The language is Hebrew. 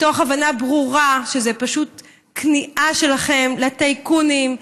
מתוך הבנה ברורה שזה פשוט כניעה שלכם לטייקונים,